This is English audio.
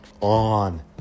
on